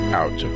out